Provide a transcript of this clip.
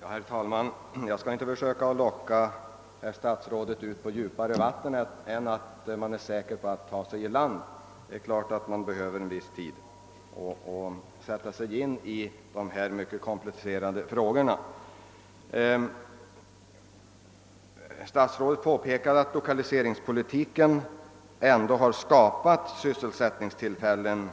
Herr talman! Jag skall inte försöka locka ut statsrådet på djupare vatten än att han kan vara säker på att ta sig i land. Det är klart att inrikesministern behöver en viss tid för att sätta sig in i dessa mycket komplicerade frågor. Statsrådet säger att lokaliseringspolitiken ändå har skapat sysselsättningstillfällen,